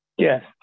Yes